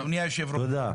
אדוני היושב-ראש,